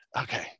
okay